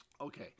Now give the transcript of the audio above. Okay